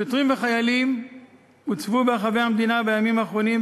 שוטרים וחיילים הוצבו ברחבי המדינה בימים האחרונים,